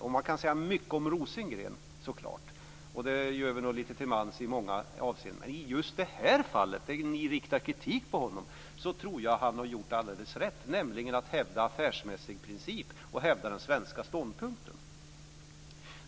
Man kan naturligtvis säga mycket om Björn Rosengren, och det gör vi nog lite till mans i många avseenden, men i just det här fallet tror jag att han har gjort alldeles rätt, nämligen att hävda en affärsmässig princip och den svenska ståndpunkten.